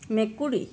মেকুৰী